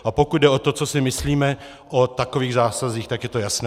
A pokud jde o to, co si myslíme o takových zásazích, tak je to jasné.